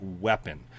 weapon